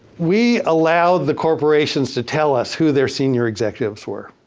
we allow the corporations to tell us who their senior executives were.